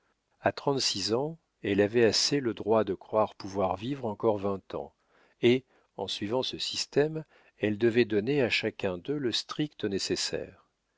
a trente-six ans elle avait assez le droit de croire pouvoir vivre encore vingt ans et en suivant ce système elle devait donner à chacun d'eux le strict nécessaire